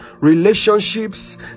relationships